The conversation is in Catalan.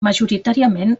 majoritàriament